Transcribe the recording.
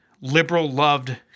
liberal-loved